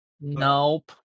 Nope